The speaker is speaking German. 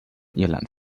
irland